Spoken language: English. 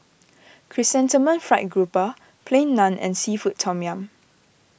Chrysanthemum Fried Grouper Plain Naan and Seafood Tom Yum